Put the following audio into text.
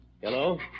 Hello